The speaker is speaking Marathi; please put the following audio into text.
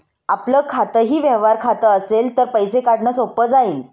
आपलं खातंही व्यवहार खातं असेल तर पैसे काढणं सोपं जाईल